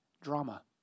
drama